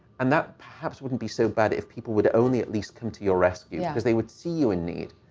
and that perhaps wouldn't be so bad if people would only at least come to your rescue, yeah because they would see you in need.